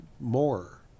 more